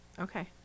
Okay